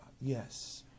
Yes